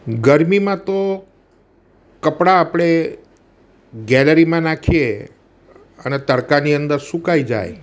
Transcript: ગરમીમાં તો કપડા આપણે ગેલેરીમાં નાખીએ અને તડકાની અંદર સુકાઈ જાય